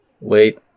Wait